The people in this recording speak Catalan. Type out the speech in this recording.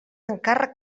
encàrrec